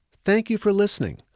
thank you for listening.